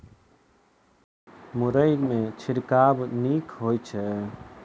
मुरई मे छिड़काव नीक होइ छै?